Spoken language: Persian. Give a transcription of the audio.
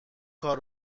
کار